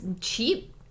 cheap